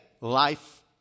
life